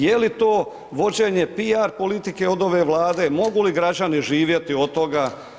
Je li to vođenje PR politike od ove Vlade, mogu li građani živjeti od toga?